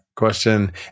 Question